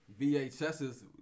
VHS's